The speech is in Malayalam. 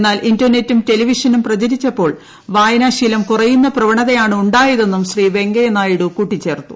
എന്നാൽ ഇന്റർനെറ്റും ടെലിവിഷനും പ്രചരിച്ചപ്പോൾ വായനാശീലം കുറയുന്ന പ്രവണതയാണ് ഉണ്ടായതെന്നും ശ്രീ ഏപ്പിങ്കയ്യ നായഡു കൂട്ടി ച്ചേർത്തു